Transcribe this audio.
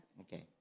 Okay